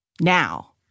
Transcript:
now